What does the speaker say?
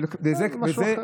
זה משהו אחר.